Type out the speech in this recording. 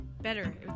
Better